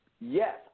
Yes